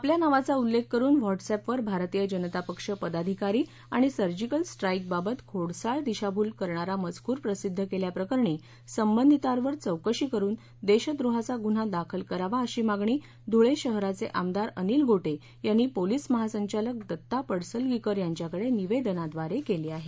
आपल्या नावाचा उल्लेख करून व्हॉटस्ऍपवर भारतीय जनता पक्ष पदाधिकारी आणि सर्जिकल स्ट्राईकबाबत खोडसाळ दिशाभूल करणारा मजकूर प्रसिध्द केल्याप्रकरणी संबंधितांवर चौकशी करून देशद्रोहाचा गुन्हा दाखल करावा अशी मागणी धुळे शहराचे आमदार अनिल गोटे यांनी पोलिस महासंचालक दत्ता पडसलगिकर यांच्याकडे निवेदनाद्वारे केली आहे